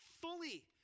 fully